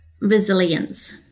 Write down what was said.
resilience